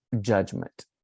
judgment